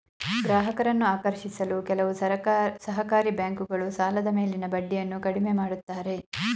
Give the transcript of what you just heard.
ಗ್ರಾಹಕರನ್ನು ಆಕರ್ಷಿಸಲು ಕೆಲವು ಸಹಕಾರಿ ಬ್ಯಾಂಕುಗಳು ಸಾಲದ ಮೇಲಿನ ಬಡ್ಡಿಯನ್ನು ಕಡಿಮೆ ಮಾಡುತ್ತಾರೆ